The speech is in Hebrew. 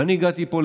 ואני הגעתי לפה,